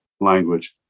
language